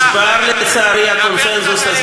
תדבר קצת על